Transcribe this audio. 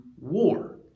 war